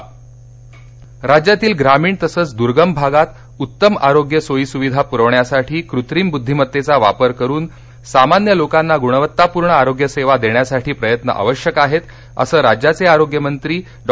artificial intelligence राज्यातील ग्रामीण तसच दुर्गम भागात उत्तम आरोग्य सोयीसुविधा पुरविण्यासाठी कृत्रिम बुद्धिमत्तेचा वापर करून सामान्य लोकांना गृणवत्तापूर्ण आरोग्यसेवा देण्यासाठी प्रयत्न आवश्यक आहेत असं राज्याचे आरोग्यमंत्री डॉ